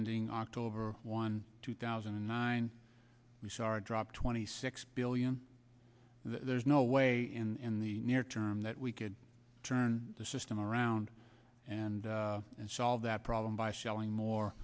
ending october one two thousand and nine we dropped twenty six billion there's no way in the near term that we could turn the system around and and solve that problem by selling more